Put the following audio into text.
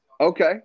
Okay